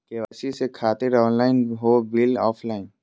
KYC से खातिर online हो बिल ऑफलाइन?